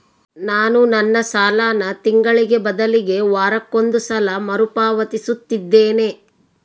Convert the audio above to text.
ನಾನು ನನ್ನ ಸಾಲನ ತಿಂಗಳಿಗೆ ಬದಲಿಗೆ ವಾರಕ್ಕೊಂದು ಸಲ ಮರುಪಾವತಿಸುತ್ತಿದ್ದೇನೆ